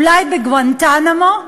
אולי בגואנטנמו.